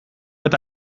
eta